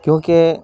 کیونکہ